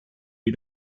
you